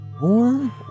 more